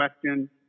question